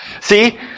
See